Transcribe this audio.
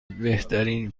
بهترین